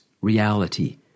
reality